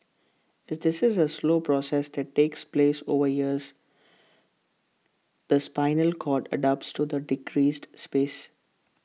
is this is A slow process that takes place over years the spinal cord adapts to the decreased space